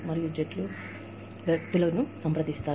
మరియు జట్లు వ్యక్తులను సంప్రదిస్తారు